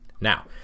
Now